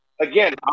Again